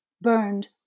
burned